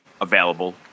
available